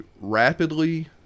rapidly